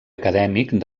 acadèmic